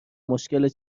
مشکل